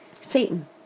Satan